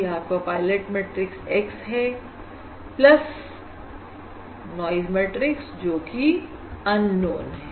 यह आपका pilot matrix X है प्लस नाइज मैट्रिक्स जोकि अननोन है